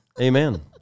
Amen